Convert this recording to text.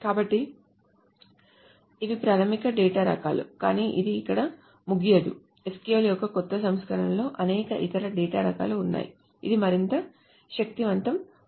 కాబట్టి ఇవి ప్రాథమిక డేటా రకాలు కానీ ఇది ఇక్కడ ముగియదు SQL యొక్క క్రొత్త సంస్కరణల్లో అనేక ఇతర డేటా రకాలు ఉన్నాయి ఇది మరింత శక్తివంతం చేస్తుంది